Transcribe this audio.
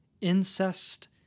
incest